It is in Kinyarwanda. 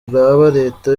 leta